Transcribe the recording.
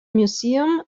museum